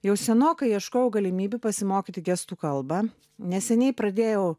jau senokai ieškojau galimybių pasimokyti gestų kalbą neseniai pradėjau